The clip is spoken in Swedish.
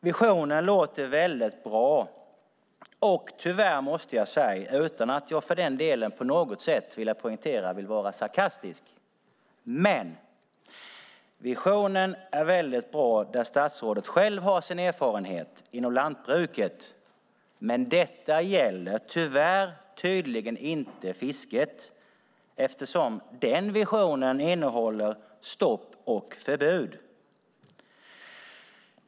Visionen låter bra. Jag måste säga, utan att jag, vill jag poängtera, på något sätt vill vara sarkastisk, att visionen är väldigt bra där statsrådet själv har sin erfarenhet, inom lantbruket, men detta gäller tyvärr tydligen inte fisket eftersom den visionen innehåller stopp och förbud.